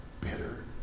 Bitter